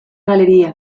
galería